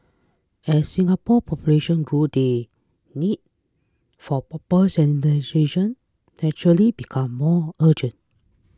as Singapore population grew the need for proper sanitation naturally became more urgent